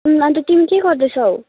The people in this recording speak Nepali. अन्त तिमी के गर्दै छौ